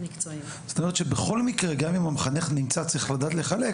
זאת אומרת שבכל מקרה גם אם המחנך נמצא צריך לדעת לחלק,